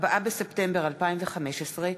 4 בספטמבר 2015,